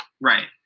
Right